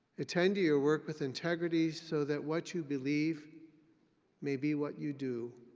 attend to your work with integrity so that what you believe may be what you do.